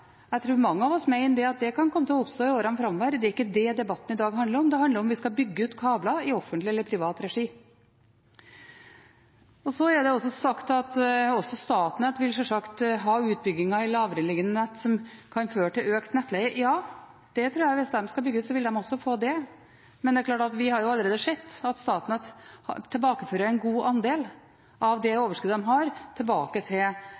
jeg tror mange av oss mener at det kan komme til å oppstå i årene framover. Det er ikke det debatten i dag handler om. Det handler om hvorvidt vi skal bygge ut kabler i offentlig eller privat regi. Det er sagt at også Statnett sjølsagt vil ha utbygginger i lavereliggende nett som kan føre til økt nettleie. Ja, det tror jeg. Hvis de skal bygge ut, vil det også føre til det, men det er klart at vi har allerede sett at Statnett tilbakefører en god andel av det overskuddet de har, til